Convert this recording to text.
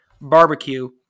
barbecue